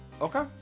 Okay